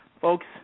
Folks